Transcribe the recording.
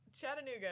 Chattanooga